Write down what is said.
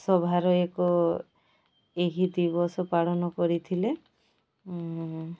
ସଭାର ଏକ ଏହି ଦିବସ ପାଳନ କରିଥିଲେ